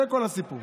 זה כל הסיפור.